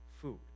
food